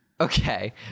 okay